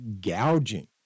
gouging